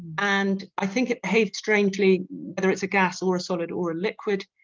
and i think it behaved strangely whether it's a gas or a solid or a liquid